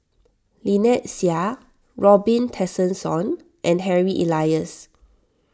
Lynnette Seah Robin Tessensohn and Harry Elias